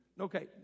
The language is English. Okay